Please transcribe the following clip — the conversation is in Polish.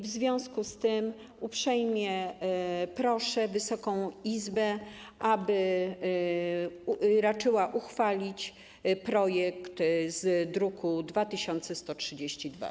W związku z tym uprzejmie proszę Wysoką Izbę, aby raczyła uchwalić projekt z druku nr 2132.